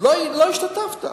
לא השתתפת.